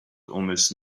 almost